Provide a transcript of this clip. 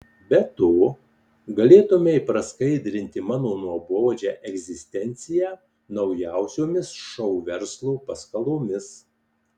be to galėtumei praskaidrinti mano nuobodžią egzistenciją naujausiomis šou verslo paskalomis